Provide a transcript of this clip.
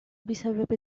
بسبب